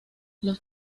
los